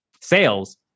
sales